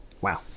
wow